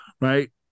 right